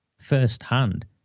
firsthand